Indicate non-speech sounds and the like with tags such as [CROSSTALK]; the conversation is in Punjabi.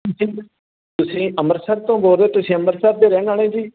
[UNINTELLIGIBLE] ਤੁਸੀਂ ਅੰਮ੍ਰਿਤਸਰ ਤੋਂ ਬੋਲ ਰਹੇ ਤੁਸੀਂ ਅੰਮ੍ਰਿਤਸਰ ਦੇ ਰਹਿਣ ਵਾਲੇ ਜੀ